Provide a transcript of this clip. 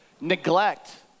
neglect